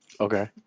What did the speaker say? Okay